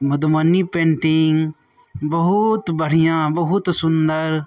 Madhubani painting बहुत बढ़िआँ बहुत सुन्दर